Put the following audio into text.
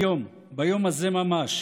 היום, ביום הזה ממש,